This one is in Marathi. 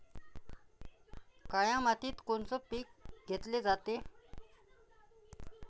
काळ्या मातीत कोनचे पिकं घेतले जाते?